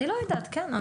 אני לא יודעת, כן.